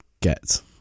get